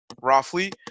roughly